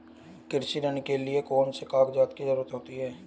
कृषि ऋण के लिऐ कौन से कागजातों की जरूरत होती है?